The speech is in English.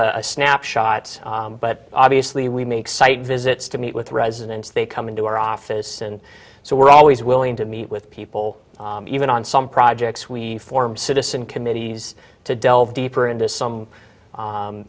a snapshot but obviously we make site visits to meet with residents they come into our office and so we're always willing to meet with people even on some projects we form citizen committees to delve deeper into some